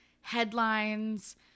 headlines